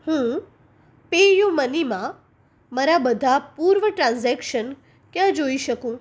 હું પેયુમનીમાં મારા બધાં પૂર્વ ટ્રાન્ઝેક્શન ક્યાં જોઈ શકું